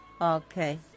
okay